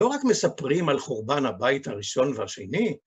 לא רק מספרים על חורבן הבית הראשון והשני,